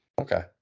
Okay